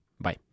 Bye